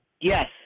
Yes